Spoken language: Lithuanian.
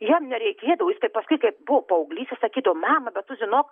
jam nereikėdavo jis kai paskui kai buvo paauglys jis sakydavo mama bet tu zinok